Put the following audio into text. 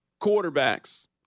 quarterbacks